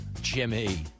Jimmy